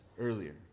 earlier